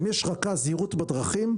אם יש רכז זהירות בדרכים,